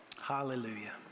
Hallelujah